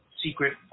secret